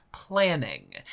Planning